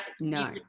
No